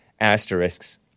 asterisks